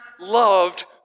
loved